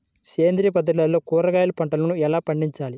సేంద్రియ పద్ధతుల్లో కూరగాయ పంటలను ఎలా పండించాలి?